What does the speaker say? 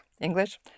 English